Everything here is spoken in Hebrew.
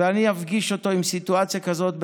ואני אפגיש אותו עם סיטואציה כזאת בחברון,